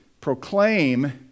proclaim